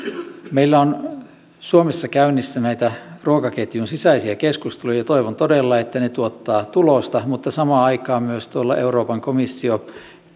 meillä on suomessa käynnissä näitä ruokaketjun sisäisiä keskusteluja ja toivon todella että ne tuottavat tulosta mutta samaan aikaan myös euroopan komissio